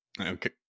Okay